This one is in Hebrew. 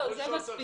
טוב, זה מספיק.